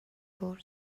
برد